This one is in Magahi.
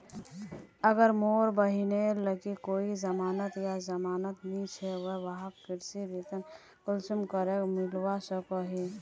अगर मोर बहिनेर लिकी कोई जमानत या जमानत नि छे ते वाहक कृषि ऋण कुंसम करे मिलवा सको हो?